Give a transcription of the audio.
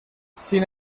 sin